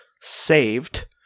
saved